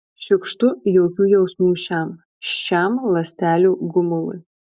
šiukštu jokių jausmų šiam šiam ląstelių gumului